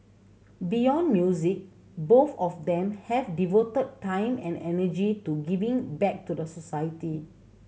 beyond music both of them have devoted time and energy to giving back to society